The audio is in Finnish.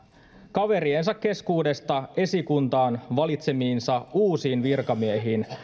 kaveriensa keskuudesta esikuntaansa valitsemiinsa uusiin virkamiehiin